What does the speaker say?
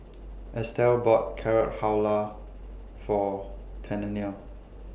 Estelle bought Carrot Halwa For Tennille